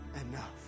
enough